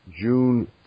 June